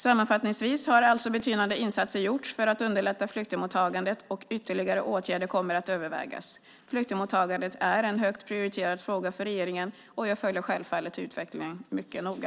Sammanfattningsvis har alltså betydande insatser gjorts för att underlätta flyktingmottagandet och ytterligare åtgärder kommer att övervägas. Flyktingmottagandet är en högt prioriterad fråga för regeringen och jag följer självfallet utvecklingen mycket noga.